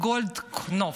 גוטליב,